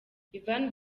yvan